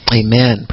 amen